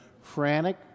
frantic